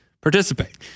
participate